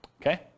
Okay